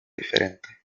diferente